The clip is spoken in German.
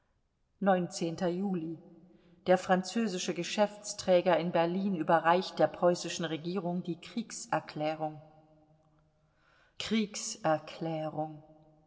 juli der französische geschäftsträger in berlin überreicht der preußischen regierung die kriegserklärung kriegserklärung